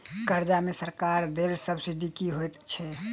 कर्जा मे सरकारक देल सब्सिडी की होइत छैक?